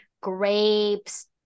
grapes